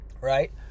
right